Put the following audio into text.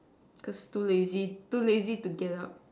cause too lazy too lazy to get up